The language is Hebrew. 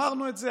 אמרנו את זה,